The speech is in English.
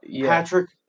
Patrick